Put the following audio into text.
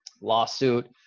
lawsuit